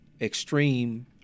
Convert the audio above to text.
extreme